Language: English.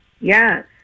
Yes